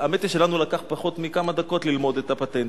האמת היא שלנו לקח פחות מכמה דקות ללמוד את הפטנט,